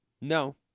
No